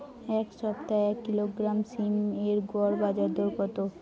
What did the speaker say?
এই সপ্তাহে এক কিলোগ্রাম সীম এর গড় বাজার দর কত?